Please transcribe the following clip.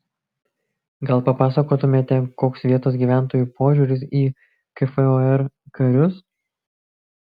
gal papasakotumėte koks vietos gyventojų požiūris į kfor karius